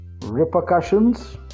repercussions